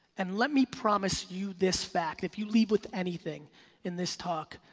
and let me promise you this fact, if you leave with anything in this talk,